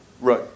Right